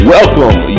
Welcome